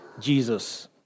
Jesus